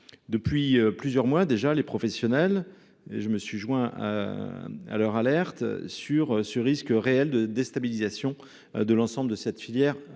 Depuis plusieurs mois déjà, les professionnels, auxquels je me suis joint, alertent quant au risque réel de déstabilisation de l’ensemble de cette filière.